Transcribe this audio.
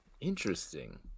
Interesting